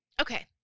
Okay